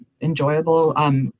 enjoyable